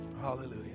Hallelujah